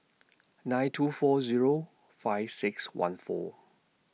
nine two four Zero five six one four